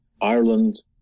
Ireland